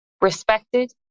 respected